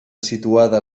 situada